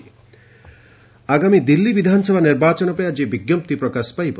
Delhi election ଆଗାମୀ ଦିଲ୍ଲୀ ବିଧାନସଭା ନିର୍ବାଚନ ପାଇଁ ଆଜି ବିଜ୍ଞପ୍ତି ପ୍ରକାଶ ପାଇବ